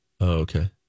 Okay